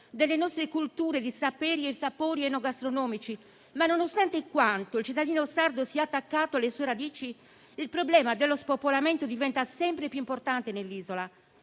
delle proprie culture di saperi e sapori enogastronomici. Tuttavia, per quanto un cittadino sardo sia attaccato alle sue radici, il problema dello spopolamento diventa sempre più importante nell'isola: